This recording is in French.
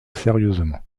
sérieusement